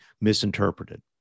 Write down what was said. misinterpreted